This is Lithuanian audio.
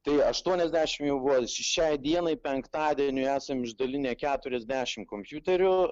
tai aštuoniasdešimt jau buvo šiai dienai penktadieniui esam išdalinę keturiasdešimt kompiuterių